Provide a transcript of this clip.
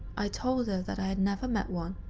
i told her that i had never met one,